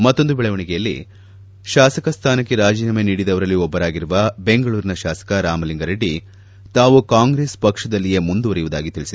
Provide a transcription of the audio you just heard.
ಮತ್ತೊಂದು ಬೆಳವಣಿಗೆಯಲ್ಲಿ ಶಾಸಕ ಸ್ಥಾನಕ್ಕೆ ರಾಜೀನಾಮಿ ನೀಡಿದವರಲ್ಲಿ ಒಬ್ಬರಾಗಿದ್ದ ಬೆಂಗಳೂರಿನ ಶಾಸಕ ರಾಮಲಿಂಗಾರೆಡ್ಡಿ ತಾವು ಕಾಂಗ್ರೆಸ್ ಪಕ್ಷದಲ್ಲಿಯೇ ಮುಂದುವರಿಯುವುದಾಗಿ ಇಂದು ತಿಳಿಸಿದ್ದಾರೆ